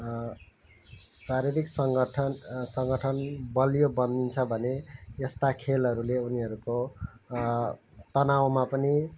शारीरिक सङ्गठन सङ्गठन बलियो बनिन्छ भने यस्ता खेलहरूले उनीहरूको तनावमा पनि